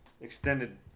extended